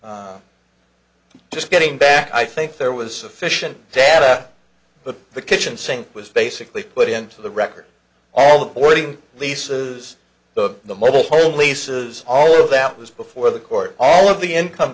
it's just getting back i think there was sufficient data but the kitchen sink was basically put into the record all the boarding leases the mobile home leases all of that was before the court all of the income